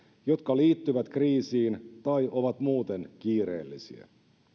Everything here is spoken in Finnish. jotka liittyvät kriisiin tai ovat muuten kiireellisiä